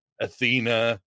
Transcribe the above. Athena